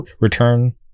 return